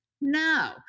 No